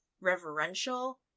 reverential